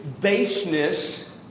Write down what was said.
baseness